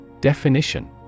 Definition